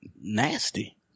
nasty